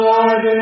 Lord